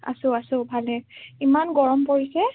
আছোঁ আছোঁ ভালে ইমান গৰম পৰিছে